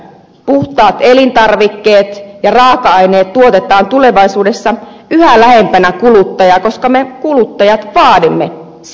puhtaat elintarvikkeet ja raaka aineet tuotetaan tulevaisuudessa yhä lähempänä kuluttajaa koska me kuluttajat vaadimme sitä